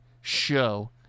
show